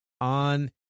on